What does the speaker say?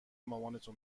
مامانتو